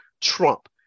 Trump